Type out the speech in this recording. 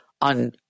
on